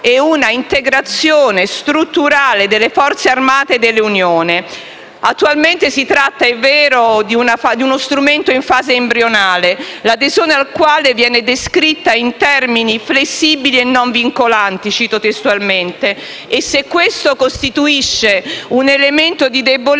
e una integrazione strutturale delle Forze armate dell'Unione. Attualmente si tratta - è vero - di uno strumento in fase embrionale l'adesione al quale viene descritta in termini flessibili e non vincolanti - cito testualmente - e se questo costituisce un elemento di debolezza,